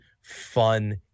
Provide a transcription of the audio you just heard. fun